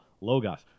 Logos